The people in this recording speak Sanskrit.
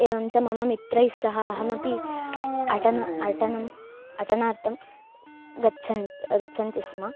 एवं च मम मित्रैस्सह अहमपि अटनम् अटनम् अटनार्थं गच्छन्ती गच्छन्ती स्म